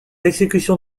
exécution